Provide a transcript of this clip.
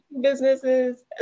businesses